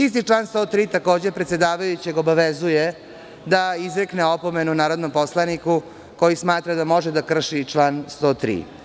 Isti član 103. obavezuje, takođe, predsedavajućeg da izrekne opomenu narodnom poslaniku koji smatra da može da krši član 103.